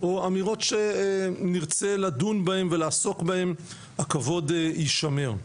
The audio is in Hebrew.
או אמירות שנרצה לדון בהן ולעסוק בהן הכבוד יישמר.